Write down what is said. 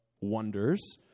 wonders